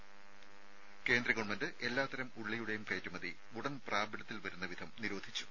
ത കേന്ദ്ര ഗവൺമെന്റ് എല്ലാത്തരം ഉള്ളിയുടെയും കയറ്റുമതി ഉടൻ പ്രാബല്യത്തിൽ വരുന്ന വിധം നിരോധിച്ചു